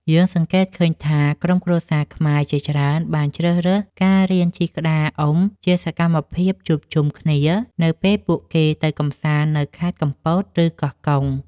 យើងសង្កេតឃើញថា ក្រុមគ្រួសារខ្មែរជាច្រើនបានជ្រើសរើសការរៀនជិះក្តារអុំជាសកម្មភាពជួបជុំគ្នា នៅពេលពួកគេទៅកម្សាន្តនៅខេត្តកំពត ឬកោះកុង។